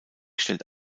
stellt